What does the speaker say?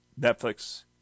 Netflix